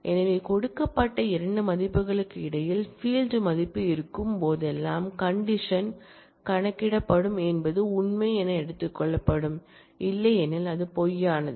எனவே கொடுக்கப்பட்ட 2 மதிப்புகளுக்கு இடையில் ஃபீல்ட் மதிப்பு இருக்கும் போதெல்லாம் கண்டிஷன் கணிக்கப்படும் என்பது உண்மை என எடுத்துக் கொள்ளப்படும் இல்லையெனில் அது பொய்யானது